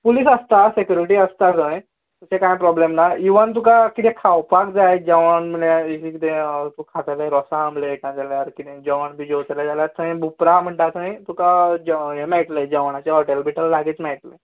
police आसता security आसता थंय तशें कांय प्रोबल्म ना इव्हन तुका कितें खावपाक जाय जेवण ना जाल्यार अशें कितें तूं खातलें रोसा आमलेट ना जाल्यार जेवण बी जेवतले जाल्यार थंय बुपरा म्हणटा थंय तुका जेवणाचें हॉटेल बिटेल लागींच मेळटलें